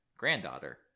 granddaughter